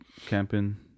Camping